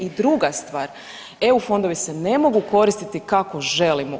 I druga stvar, EU fondovi se ne mogu koristiti kako želimo.